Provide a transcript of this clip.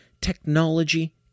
technology